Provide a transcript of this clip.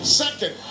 second